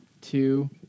two